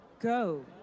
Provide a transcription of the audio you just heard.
go